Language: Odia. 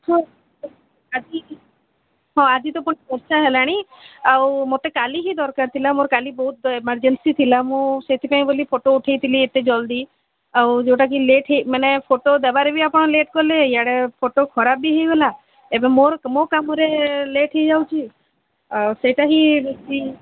ହଁ ଆଜି ହଁ ଆଜି ତ ପୁଣି ଦଶଟା ହେଲାଣି ଆଉ ମୋତେ କାଲି ହିଁ ଦରକାର ଥିଲା ମୋର କାଲି ବହୁତ ଇମରଜେନ୍ସି ଥିଲା ମୁଁ ସେଇଥିପାଇଁ ବୋଲି ଫଟୋ ଉଠେଇଥିଲି ଏତେ ଜଲଦି ଆଉ ଯୋଉଟାକି ଲେଟ୍ ମାନେ ଫଟୋ ଦେବାରେ ବି ଆପଣ ଲେଟ୍ କଲେ ଆଡ଼େ ଫଟୋ ଖରାପ ବି ହୋଇଗଲା ଏବେ ମୋର ମୋ କାମରେ ଲେଟ୍ ହୋଇଯାଉଛି ସେଇଟା ହିଁ ବେଶୀ